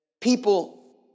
people